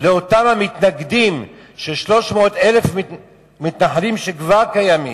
לאותם המתנגדים ש-300,000 מתנחלים שכבר קיימים,